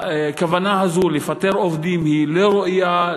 הכוונה הזאת לפטר עובדים היא לא ראויה,